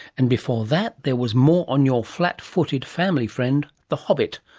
and before that there was more on your flat-footed family friend, the hobbit.